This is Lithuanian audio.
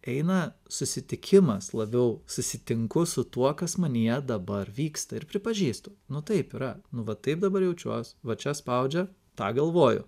eina susitikimas labiau susitinku su tuo kas manyje dabar vyksta ir pripažįstu nu taip yra nu va taip dabar jaučiuos va čia spaudžia tą galvoju